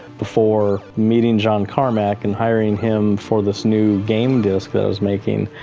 before meeting john carmack and hiring him for this new game disk that i was making,